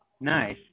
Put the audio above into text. Nice